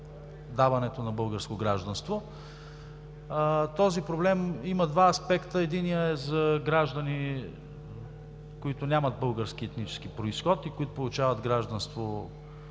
даването на българско гражданство. Този проблем има два аспекта. Единият е за граждани, които нямат български етнически произход и които получават гражданство